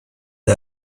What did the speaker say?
the